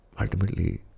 ultimately